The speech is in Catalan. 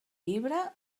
llibre